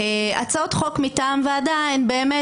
הצעות חוק מטעם ועדה הן באמת,